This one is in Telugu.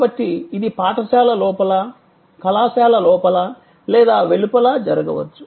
కాబట్టి ఇది పాఠశాల లోపల కళాశాల లోపల లేదా వెలుపల జరగవచ్చు